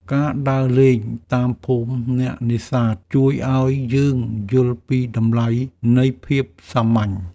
ការដើរលេងតាមភូមិអ្នកនេសាទ ជួយឱ្យយើងយល់ពីតម្លៃនៃភាពសាមញ្ញ។